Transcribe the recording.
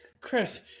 Chris